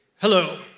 Hello